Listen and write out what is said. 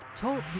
talk